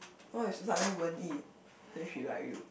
what if suddenly Wen-Yi say she like you